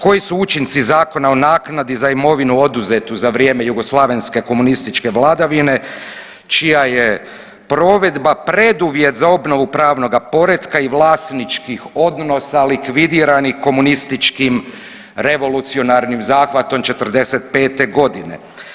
Koji su učinci Zakona o naknadi za imovinu oduzeti za vrijeme jugoslavenske komunističke vladavine čija je provedba preduvjet za obnovu pravnoga poretka i vlasničkih odnosa likvidiranih komunističkim revolucionarnim zahvatom '45. godine?